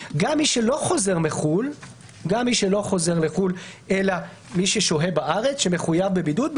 גם מי שלא חוזר מחו"ל אלא מי ששוהה בארץ שמחויב בבידוד,